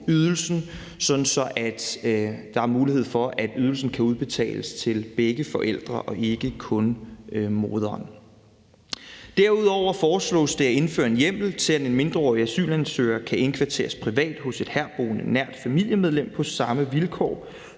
at der er mulighed for, at ydelsen kan udbetales til begge forældre og ikke kun moderen. Derudover foreslås det at indføre en hjemmel til, at en mindreårig asylansøger kan indkvarteres privat hos et herboende nært familiemedlem på samme vilkår,